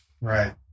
Right